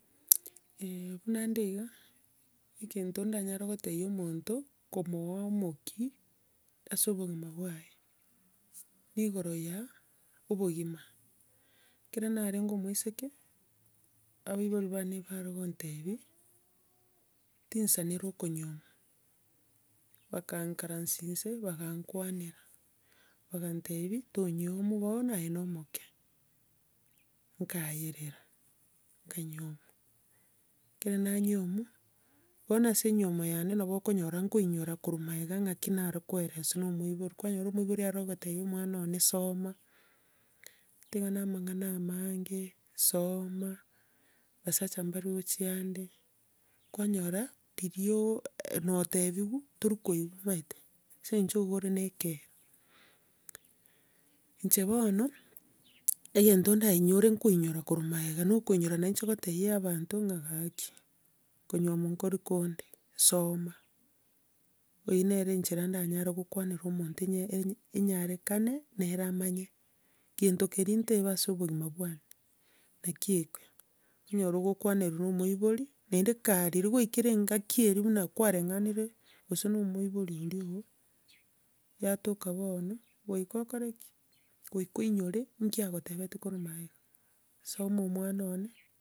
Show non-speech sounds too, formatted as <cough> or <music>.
<hesitation> buna nde iga, egento ndanyare kotebia omonto, komoa omokia, ase obogima bwaye, nigoro ya obogima. Ekero narenge omoiseke, abaibori bane baregontebia, ntisanera okonyioma, bagankaransia inse, bagakwanera, bagantebia tonyiomwa bono, aye na omoke, nkaiyerera, nkanyiomwa. Ekero nanyiomwa, bono ase enyioma yane nabo okonyora nkoinyora korwa magega naki nare koereswa na omoibori. Kwanyora omoibori are kogotebia ommwana one soma, tigana na amang'ana amange, soma, basacha mbarigochia ande, kwanyora, riria o na otebiwe, toria koigwa omanyete, ase eng'encho nigo ore na ekera. Inche bono, egento ndainyore nkoinyora korwa magega, na okoinyora nainche kotebia abanto ng'a gaki, nkonyomwa nkori konde, soma. Eyio nere enchera ndanyare gokwanera omonto enye- enya- enyarekane, nere amanye. Gento keria ntaeba ase obogima bwane, nakio ekio, nyora ogokwanerwa na omoibori, naende kaa riria kwaikire engaki eeri buna kwareng'anire gose na omoibori oria o, yatoka bono, goika okore ki? Goika oinyore nki akotebetia korwa magega. Soma owana one.